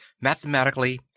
mathematically